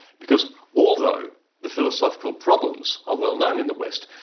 because although the philosophical problems are well known in the west,